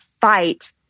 fight